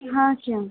हाँ